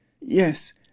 Yes